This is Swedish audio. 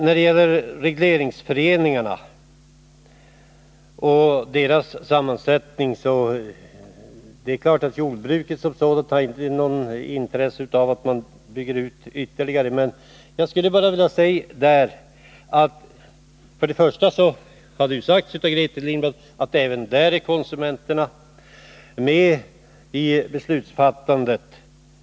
Vad beträffar regleringsföreningarna och deras sammansättning har ju jordbruket som sådant inte något intresse av att bygga ut dem ytterligare. Grethe Lundblad har sagt att det är viktigt att konsumenterna även där är med i beslutsfattandet.